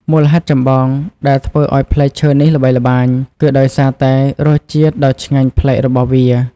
មូលហេតុចម្បងដែលធ្វើឱ្យផ្លែឈើនេះល្បីល្បាញ គឺដោយសារតែរសជាតិដ៏ឆ្ងាញ់ប្លែករបស់វា។